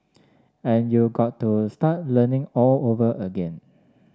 and you got to start learning all over again